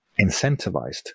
incentivized